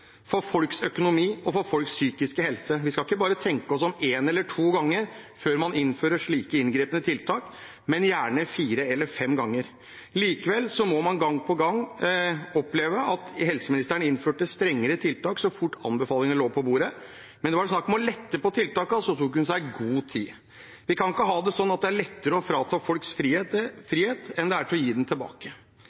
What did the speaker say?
for folks økonomi og for folks psykiske helse. Vi skal ikke bare tenke oss om en eller to ganger før man innfører slike inngripende tiltak, men gjerne fire eller fem ganger. Likevel måtte man gang på gang oppleve at helseministeren innførte strengere tiltak så fort anbefalingene lå på bordet, men når det var snakk om å lette på tiltakene, tok hun seg god tid. Vi kan ikke ha det sånn at det er lettere å frata folk frihet enn det er å gi den tilbake.